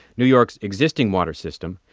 new york's existing water system,